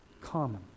common